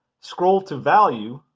scroll to value,